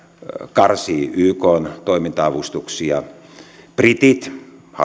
karsii ykn toiminta avustuksia britit